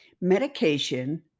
Medication